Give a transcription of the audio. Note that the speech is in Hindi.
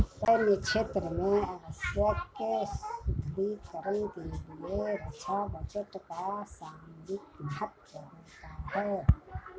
सैन्य क्षेत्र में आवश्यक सुदृढ़ीकरण के लिए रक्षा बजट का सामरिक महत्व होता है